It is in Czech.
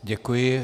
Děkuji.